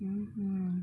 mm mm